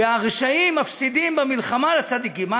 והרשעים מפסידים במלחמה לצדיקים?